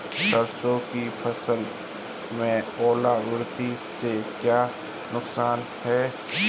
सरसों की फसल में ओलावृष्टि से क्या नुकसान है?